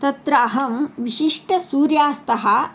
तत्र अहं विशिष्टसूर्यास्तः